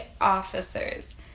officers